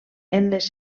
les